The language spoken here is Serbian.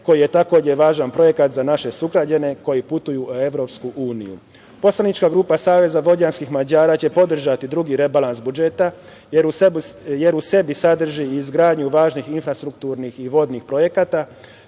koji je takođe važan projekat za naše sugrađane koji putuju u EU.Poslanička grupa SVM će podržati drugi rebalans budžeta, jer u sebi sadrži izgradnju važnih infrastrukturnih i vodnih projekata,